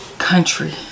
country